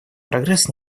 прогресс